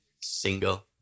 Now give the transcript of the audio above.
single